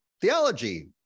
Theology